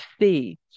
see